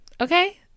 okay